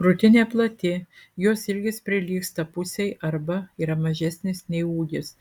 krūtinė plati jos ilgis prilygsta pusei arba yra mažesnis nei ūgis